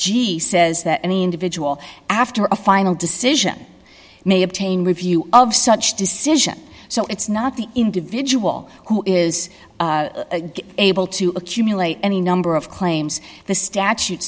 g says that any individual after a final decision may obtain review of such decision so it's not the individual who is able to accumulate any number of claims the statute